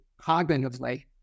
cognitively